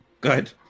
good